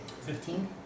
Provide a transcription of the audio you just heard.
Fifteen